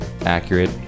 accurate